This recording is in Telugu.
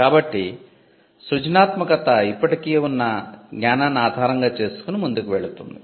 కాబట్టి సృజనాత్మకత ఇప్పటికే ఉన్న జ్ఞానాన్ని ఆధారంగా చేసుకుని ముందుకు వెళుతుంది